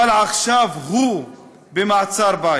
אבל עכשיו הוא במעצר-בית.